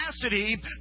capacity